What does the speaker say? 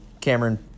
Cameron